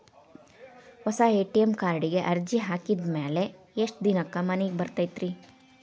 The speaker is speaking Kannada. ಹೊಸಾ ಎ.ಟಿ.ಎಂ ಕಾರ್ಡಿಗೆ ಅರ್ಜಿ ಹಾಕಿದ್ ಮ್ಯಾಲೆ ಎಷ್ಟ ದಿನಕ್ಕ್ ಮನಿಗೆ ಬರತೈತ್ರಿ?